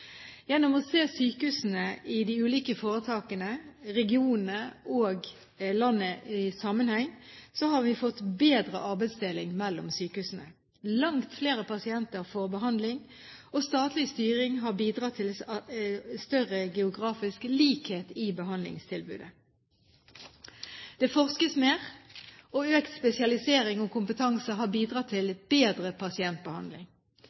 Gjennom å se sykehusene i de ulike foretakene, regionene og landet i sammenheng har vi fått til en bedre arbeidsdeling mellom sykehusene. Langt flere pasienter får behandling, og statlig styring har bidratt til større geografisk likhet i behandlingstilbudet. Det forskes mer, og økt spesialisering og kompetanse har bidratt